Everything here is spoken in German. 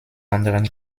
anderen